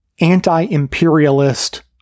anti-imperialist